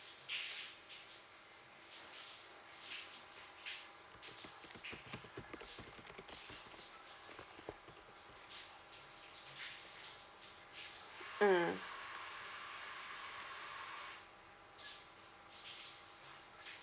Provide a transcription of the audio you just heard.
mm